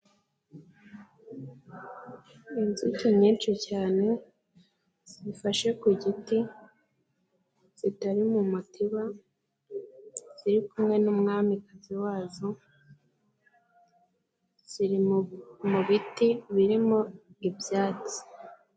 Inzuki nyinshi cyane, zifashe ku giti, zitari mu mutiba, ziri kumwe n'umwami kazi wazo, ziri mu biti birimo ibyatsi.